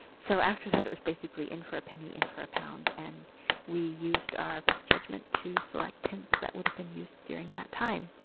so after that, it was basically in for a penny in for a pound, and we used our best judgment to select tints that would have been used during that time.